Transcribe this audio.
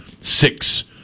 six